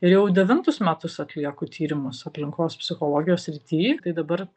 ir jau devintus metus atlieku tyrimus aplinkos psichologijos srity tai dabar